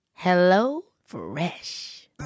HelloFresh